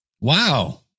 wow